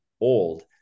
old